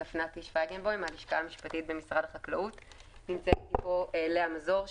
נמצאת איתי פה לאה מזור,